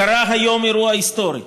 קרה היום אירוע היסטורי.